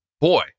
boy